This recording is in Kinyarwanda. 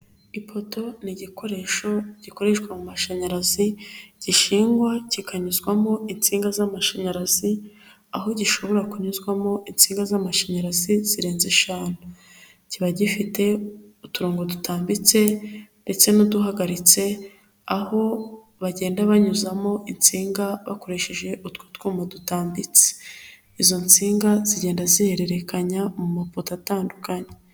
Ifoto ni igikoresho gikoreshwa mu mashanyarazi gishingwa kikanyuzwamo insinga z'amashanyarazi, aho gishobora kunyuzwamo insinga z'amashanyarazi zirenze eshanu, kiba gifite uturongo dutambitse ndetse n'uduhagaritse, aho bagenda banyuzamo insinga bakoresheje utwo twuma dutambitse, izo nsinga zigenda zihererekanya mu mapoto atandukanye.